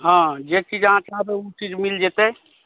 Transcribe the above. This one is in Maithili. हँ जे चीज अहाँ चाहबै ओ चीज मिल जेतै